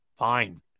Fine